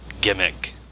gimmick